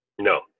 No